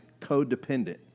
codependent